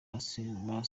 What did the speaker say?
arsenal